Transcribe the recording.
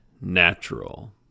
natural